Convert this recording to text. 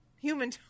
Human